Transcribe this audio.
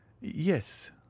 Yes